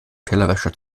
tellerwäscher